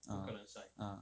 uh uh